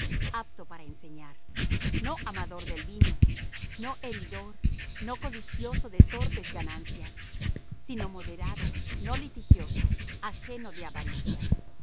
apto para enseñar no amador del vino no heridor no codicioso de torpes ganancias sino moderado no litigioso ajeno de avaricia